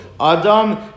Adam